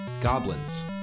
Goblins